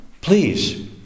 Please